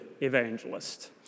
evangelist